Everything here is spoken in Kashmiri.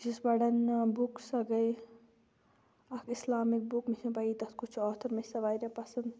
بہٕ چھَس پران نا بُک سۄ گٔیہِ اکھ اِسلامِک بُک مےٚ چھنہٕ پیی تَتھ کُس چھُ اوتھر مےٚ چھِ سۄ واریاہ پسنٛد